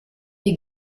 die